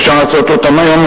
אפשר לעשות אותם היום,